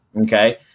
Okay